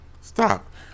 stop